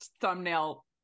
thumbnail